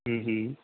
ਹਮ ਹਮ